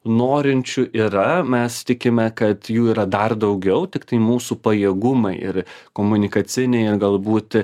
norinčių yra mes tikime kad jų yra dar daugiau tiktai mūsų pajėgumai ir komunikaciniai galbūt